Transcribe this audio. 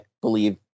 believe